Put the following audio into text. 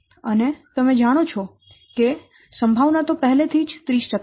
અને તમે જાણો છો કે સંભાવના તો પહેલેથી જ 30 છે